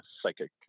psychic